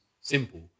simple